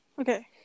Okay